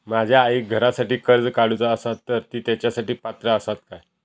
माझ्या आईक घरासाठी कर्ज काढूचा असा तर ती तेच्यासाठी पात्र असात काय?